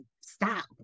stop